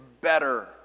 better